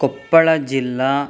कोप्पडजिल्ला